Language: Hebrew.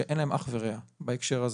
שאין להם אח ורע בהקשר הזה.